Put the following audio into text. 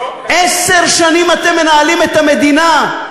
עשר שנים אתם מנהלים את המדינה.